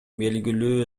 белгилүү